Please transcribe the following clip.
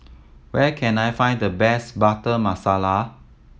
where can I find the best Butter Masala